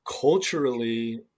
Culturally